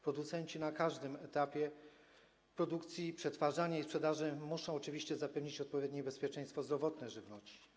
Producenci na każdym etapie: produkcji, przetwarzania i sprzedaży muszą oczywiście zapewnić odpowiednie bezpieczeństwo zdrowotne żywności.